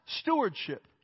stewardship